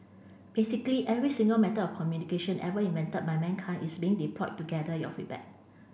basically every single method of communication ever invented by mankind is being deployed to gather your feedback